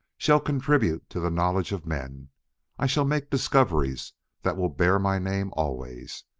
shall contribute to the knowledge of men i shall make discoveries that will bear my name always.